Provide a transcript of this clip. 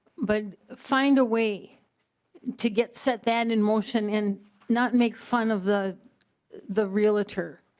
but find a way to get set that emotion and not make fun of the the realtor.